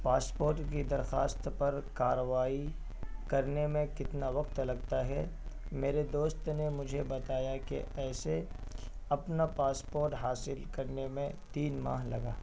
passport کی درخواست پر کارروائی کرنے میں کتنا وقت لگتا ہے میرے دوست نے مجھے بتایا کہ ایسے اپنا پاسپورٹ حاصل کرنے میں تین ماہ لگا